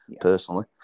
personally